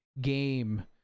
game